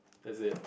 that's it